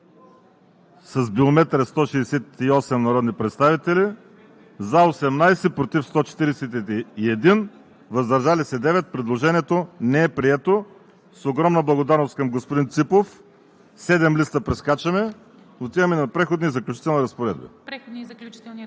Гласували 168 народни представители: за 18, против 141, въздържали се 9. Предложението не е прието. С огромна благодарност към господин Ципов – седем листа прескачаме, отиваме на „Преходни и заключителни разпоредби“.